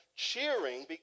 cheering